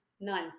none